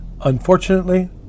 Unfortunately